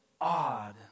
odd